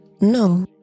No